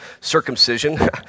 circumcision